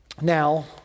now